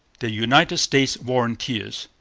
the united states volunteers.